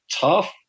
tough